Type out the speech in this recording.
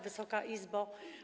Wysoka Izbo!